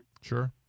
Sure